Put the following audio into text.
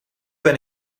ben